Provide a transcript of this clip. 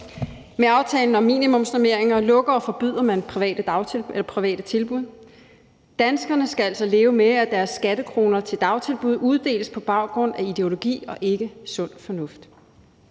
Med aftalen om minimumsnormeringer lukker og forbyder man private tilbud. Danskerne skal altså leve med, at deres skattekroner til dagtilbud uddeles på baggrund af ideologi og ikke sund fornuft.